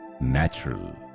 natural